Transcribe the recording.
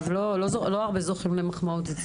לא הרבה זוכים למחמאות ממני.